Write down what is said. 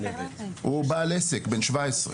הוא בעל עסק, בן שבע עשרה.